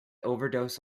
overdose